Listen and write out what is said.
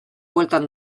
bueltan